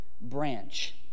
branch